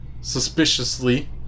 suspiciously